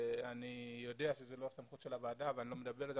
אני יודע שזו לא הסמכות של הוועדה ואני לא מדבר על זה,